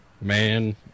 man